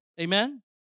Amen